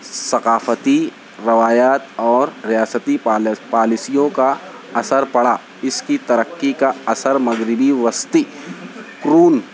ثقافتی روایات اور ریاستی پالیسیوں کا اثر پڑا اس کی ترقی کا اثر مغربی وسطی قرون